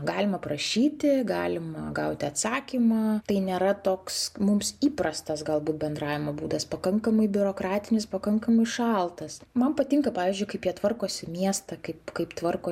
galima prašyti galima gauti atsakymą tai nėra toks mums įprastas galbūt bendravimo būdas pakankamai biurokratinis pakankamai šaltas man patinka pavyzdžiui kaip jie tvarkosi miestą kaip kaip tvarko